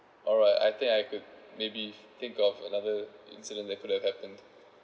alright I think I could maybe think of another incident that could have happen